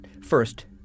first